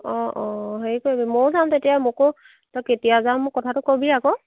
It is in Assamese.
অ' অ' হেৰি কৰিবি মইও যাম তেতিয়া মোকো তই কেতিয়া যাৱ মোক কথাটো ক'বি আকৌ